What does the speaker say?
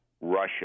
Russia